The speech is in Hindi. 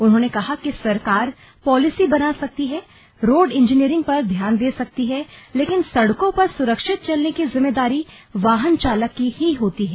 उन्होंने कहा कि सरकार पॉलिसी बना सकती है रोड इंजीनियरिंग पर ध्यान दे सकती है लेकिन सड़कों पर सुरक्षित चलने की जिम्मेदारी वाहन चालक की होती है